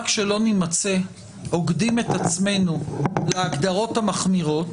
רק שלא נימצא עוקדים את עצמנו להגדרות המחמירות,